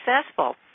successful